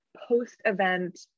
post-event